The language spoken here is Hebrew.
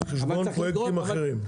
על חשבון פרויקטים אחרים.